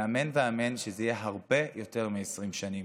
ואמן ואמן שזה יהיה הרבה יותר מ-20 שנים.